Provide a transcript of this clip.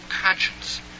conscience